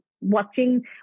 watching